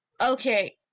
Okay